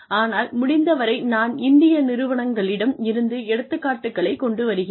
ஆனால் முடிந்தவரை நான் இந்திய நிறுவனங்களிடம் இருந்து எடுத்துக்காட்டுகளைக் கொண்டு வருகிறேன்